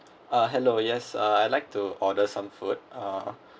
uh hello yes uh I'd like to order some food uh